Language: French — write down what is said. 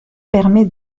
permet